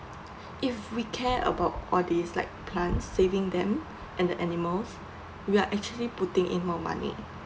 if we care about all these like plants saving them and the animals we are actually putting in more money